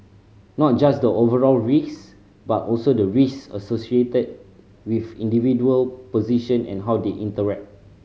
not just the overall risk but also the risk associated with individual position and how they interact